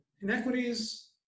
inequities